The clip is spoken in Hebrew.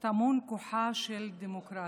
טמון כוחה של דמוקרטיה.